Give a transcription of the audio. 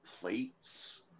plates